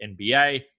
NBA